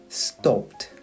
stopped